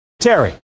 Terry